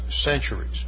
centuries